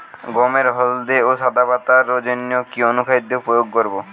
গমের হলদে ও সাদা পাতার জন্য কি অনুখাদ্য প্রয়োগ করব?